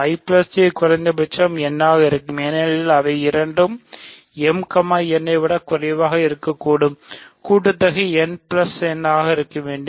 ij குறைந்தபட்சம் n ஆக இருக்கும் ஏனெனில் அவை இரண்டும் n m விடக் குறைவாகவும் இருக்கக்கூடும் கூட்டு தொகை n m ஆக இருக்க வேண்டும்